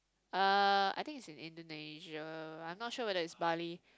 uh I think it's in Indonesia I'm not sure whether it's Bali